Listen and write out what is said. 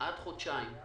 כמעט חודשיים.